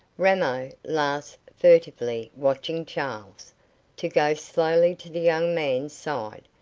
ramo last furtively watching charles to go slowly to the young man's side,